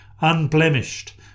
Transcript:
unblemished